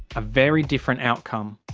a very different outcome.